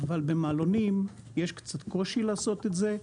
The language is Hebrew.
אבל במעלונים יש קצת קושי לעשות את זה,